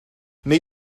wnei